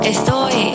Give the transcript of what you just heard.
Estoy